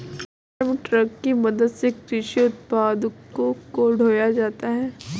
farm truck की मदद से कृषि उत्पादों को ढोया जाता है